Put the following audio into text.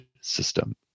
system